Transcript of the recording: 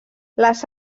les